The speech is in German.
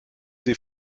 sie